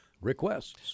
requests